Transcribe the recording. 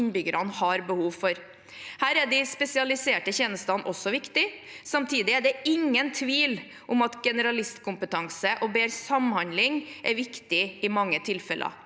innbyggerne har behov for. Her er de spesialiserte tjenestene også viktige. Samtidig er det ingen tvil om at generalistkompetanse og bedre samhandling er viktig i mange tilfeller.